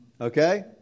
Okay